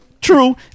True